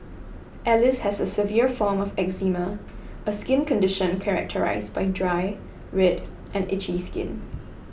Alice has a severe form of eczema a skin condition characterised by dry red and itchy skin